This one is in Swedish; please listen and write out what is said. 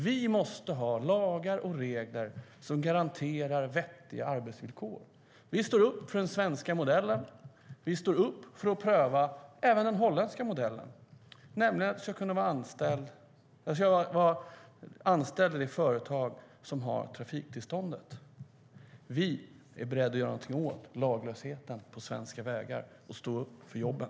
Vi måste ha lagar och regler som garanterar vettiga arbetsvillkor. Vi står upp för den svenska modellen. Vi står upp för att pröva även den holländska modellen, nämligen att man ska kunna vara anställd i det företag som har trafiktillståndet. Vi är beredda att göra någonting åt laglösheten på svenska vägar och stå upp för jobben.